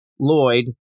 Lloyd